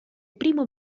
primo